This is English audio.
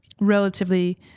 relatively